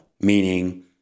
meaning